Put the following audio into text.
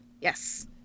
yes